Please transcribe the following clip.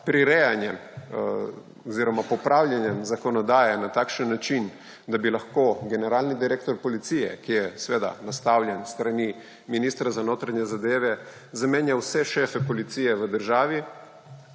in menjava, popravljanjem zakonodaje na takšen način, da bi lahko generalni direktor policije, ki je seveda nastavljen s strani ministra za notranje zadeve, zamenjal vse šefe policije v državi